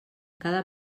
cada